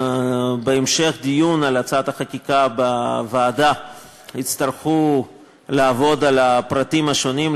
בהמשך הדיון על הצעת החקיקה בוועדה יצטרכו לעבוד על הפרטים השונים.